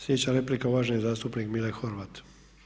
Sljedeća replika, uvaženi zastupnik Mile Horvat.